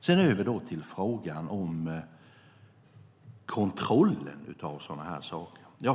Sedan över till frågan om kontrollen av sådana saker.